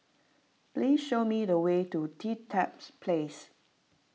please show me the way to Dedap Place